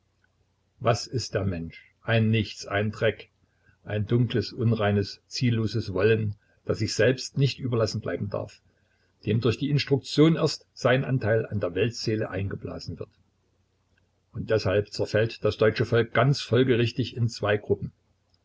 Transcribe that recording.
was ist der mensch ein nichts ein dreck ein dunkles unreines zielloses wollen das sich selbst nicht überlassen bleiben darf dem durch die instruktion erst sein anteil an der weltseele eingeblasen wird und deshalb zerfällt das deutsche volk ganz folgerichtig in zwei gruppen